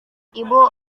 ibu